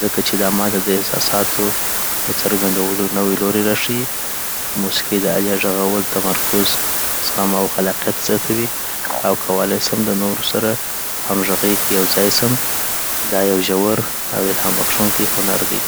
ځکه چې دا ما ته د احساساتو د څرګندولو نوی لوری را ښیي. د موسیقی د آلې غږول تمرکز، زغم او خلاقیت زیاتوي، او کولی سم د نورو سره همغږی کې یو ځای سم .دا یو ژور او الهام بخښونکی هنر دی